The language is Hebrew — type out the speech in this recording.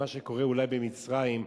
מה שקורה אולי במצרים,